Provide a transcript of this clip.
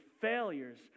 failures